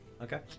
Okay